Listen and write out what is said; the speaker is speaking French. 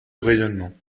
rayonnement